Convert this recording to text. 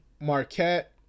Marquette